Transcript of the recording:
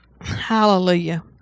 Hallelujah